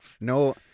No